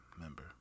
member